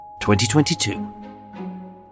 2022